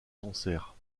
sancerre